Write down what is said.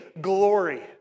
glory